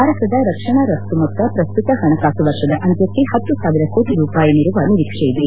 ಭಾರತದ ರಕ್ಷಣಾ ರಘ್ತ ಮೊತ್ತ ಪ್ರಸ್ತುತ ಹಣಕಾಸು ವರ್ಷದ ಅಂತ್ಯಕ್ಷೆ ಹತ್ತು ಸಾವಿರ ಕೋಟ ರೂಪಾಯಿ ಮೀರುವ ನಿರೀಕ್ಷೆ ಇದೆ